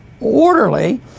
orderly